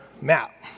map